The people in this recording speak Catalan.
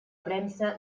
premsa